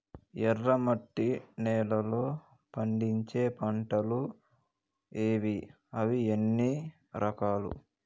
ఎర్రమట్టి నేలలో పండించే పంటలు ఏవి? అవి ఎన్ని రకాలు?